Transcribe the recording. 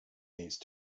these